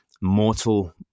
mortal